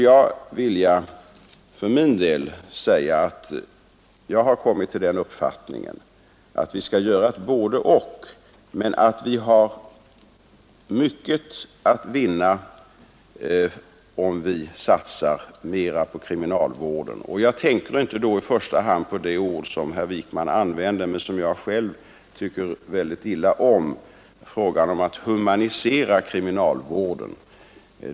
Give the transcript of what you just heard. Jag har kommit till den uppfattningen att vi skall göra ett både—och men att vi har mycket att vinna om vi satsar mera på kriminalvården. Jag tänker då inte i första hand på det ord som herr Wijkman använde men som jag själv tycker mycket illa om: att ”humanisera” kriminalvården.